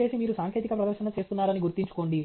దయచేసి మీరు సాంకేతిక ప్రదర్శన చేస్తున్నారని గుర్తుంచుకోండి